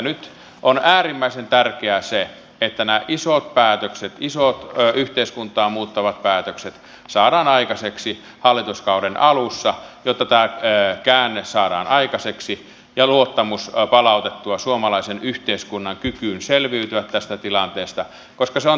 nyt on äärimmäisen tärkeää se että nämä isot päätökset isot yhteiskuntaa muuttavat päätökset saadaan aikaiseksi hallituskauden alussa jotta tämä käänne saadaan aikaiseksi ja palautettua luottamus suomalaisen yhteiskunnan kykyyn selviytyä tästä tilanteesta koska se on tärkeintä